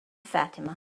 fatima